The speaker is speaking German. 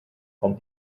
vom